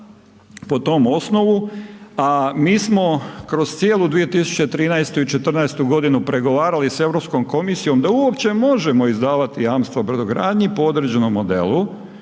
po tom osnovu, a mi smo kroz cijelu 2013. i 2014. godinu pregovarali sa Europskom komisijom da uopće možemo izdavati jamstva brodogradnji po određenom modelu